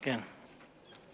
אנחנו